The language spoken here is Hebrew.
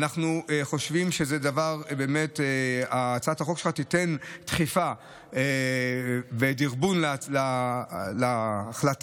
אנחנו חושבים שהצעת החוק שלך תיתן דחיפה ודרבון להחלטה,